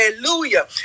Hallelujah